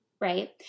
right